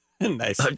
nice